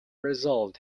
result